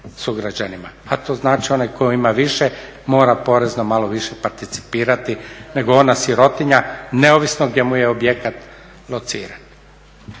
A to znači onaj koji ima više mora porezno malo više participirati, nego ona sirotinja neovisno gdje mu je objekat lociran.